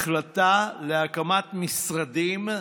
החלטה להקמת משרדים,